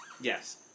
Yes